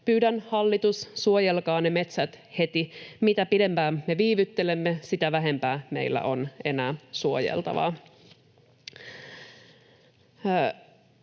Pyydän, hallitus, suojelkaa ne metsät heti. Mitä pidempään me viivyttelemme, sitä vähempää meillä on enää suojeltavaa.